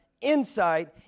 insight